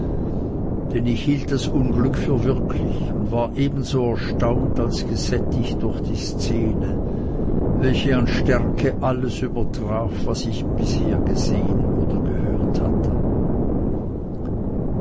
denn ich hielt das unglück für wirklich und war ebenso erstaunt als gesättigt durch die szene welche an stärke alles übertraf was ich bisher gesehen oder gehört hatte